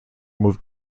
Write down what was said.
moved